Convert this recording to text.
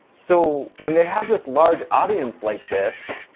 so when they have this large audience like this,